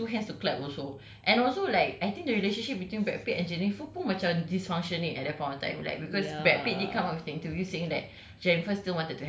and it takes two hands to clap also and also like I think the relationship between brad pitt and angelina tu pun macam dysfunctioning at that point of time like because brad pitt did come up of thing to be saying that